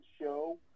show